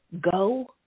go